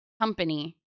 company